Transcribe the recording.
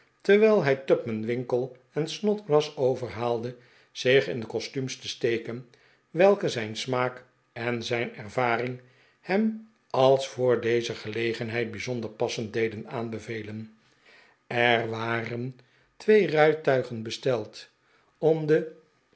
terwijl hij tupman winkle en snodgrass overhaalde zich in de costuums te steken welke zijn smaak en zijn ervaring hem als voor deze gelegenheid bijzonder passend deden aanbevelen er waren twee rijtuigen besteld om de